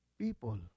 people